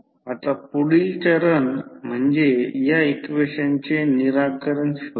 आता पुढील चरण म्हणजे या इक्वेशनचे निराकरण शोधणे